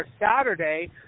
Saturday